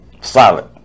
Solid